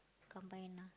combine lah